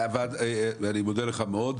אני מודה לך מאוד.